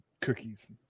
cookies